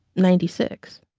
ninety six